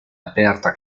aperta